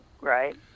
right